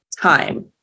time